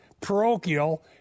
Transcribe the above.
parochial